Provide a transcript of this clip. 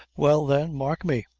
well, then, mark me,